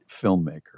filmmaker